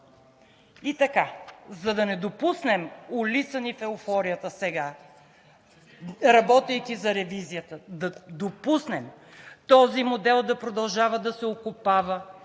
И така, за да не допуснем, улисани в еуфорията сега, работейки за ревизията, да допуснем този модел да продължава да се окопава,